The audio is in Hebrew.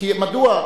כי מדוע?